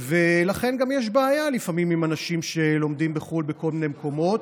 ולכן גם יש בעיה לפעמים עם אנשים שלומדים בחו"ל בכל מיני מקומות,